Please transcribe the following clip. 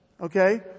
Okay